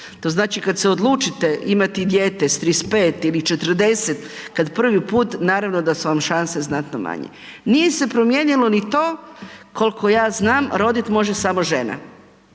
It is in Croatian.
To znači kad se odlučite imati dijete s 35 ili 40 kad prvi put naravno da su vam šanse znatno manje. Nije se promijenilo ni to koliko ja znam rodit može samo žena,